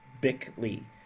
Bickley